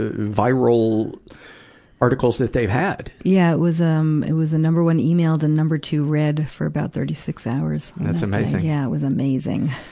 ah viral articles that they've had. yeah, it was, um, it was a number one emailed and number two read for thirty six hours. that's amazing. yeah, it was amazing.